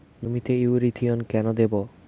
জমিতে ইরথিয়ন কেন দেবো?